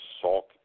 salt